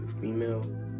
female